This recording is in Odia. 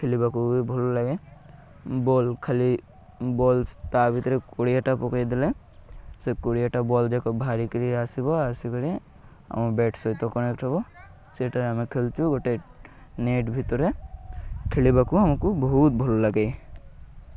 ଖେଳିବାକୁ ବି ଭଲ ଲାଗେ ବଲ୍ ଖାଲି ବଲସ୍ ତା ଭିତରେ କୋଡ଼ିଆଟା ପକାଇଦେଲେ ସେ କୋଡ଼ିଏଟା ବଲ୍ ଯାକ ଭାରିକିରି ଆସିବ ଆସିକରି ଆମ ବ୍ୟାଟ୍ ସହିତ କନେକ୍ଟ ହବ ସେଇଟାରେ ଆମେ ଖେଳୁଛୁ ଗୋଟେ ନେଟ୍ ଭିତରେ ଖେଳିବାକୁ ଆମକୁ ବହୁତ ଭଲ ଲାଗେ